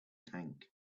tank